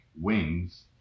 wings